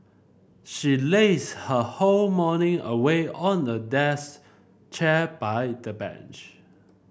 she lazed her whole morning away on a desk chair by the bunch